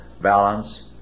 balance